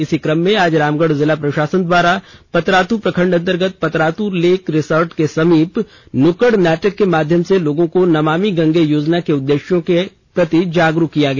इसी क्रम में आज रामगढ़ जिला प्रशासन द्वारा पतरातू प्रखंड अंतर्गत पतरातु लेक रिसोर्ट के समीप नुक्कड़ नाटक के माध्यम से लोगों को नमामि गंगे योजना के उद्देश्यों आदि के प्रति जागरूक किया गया